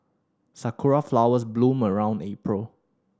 sakura flowers bloom around April